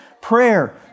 prayer